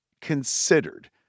considered